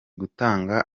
gutanga